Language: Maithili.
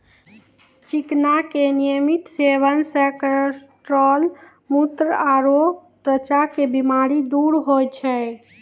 चिकना के नियमित सेवन से कोलेस्ट्रॉल, मुत्र आरो त्वचा के बीमारी दूर होय छै